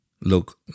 look